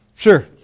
Sure